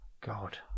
God